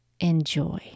enjoy